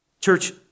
Church